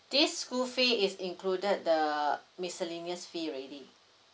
this school fee is included the miscellaneous fee already